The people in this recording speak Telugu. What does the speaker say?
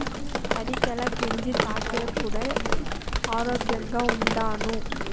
అరికెల గెంజి తాగేప్పుడే ఆరోగ్యంగా ఉండాను